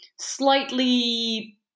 slightly